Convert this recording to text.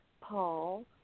Paul